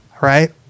right